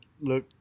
look